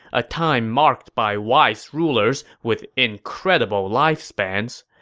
a time marked by wise rulers with incredible lifespans.